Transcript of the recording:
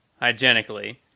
hygienically